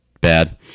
bad